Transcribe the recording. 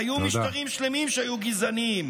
היו משטרים שלמים שהיו גזעניים.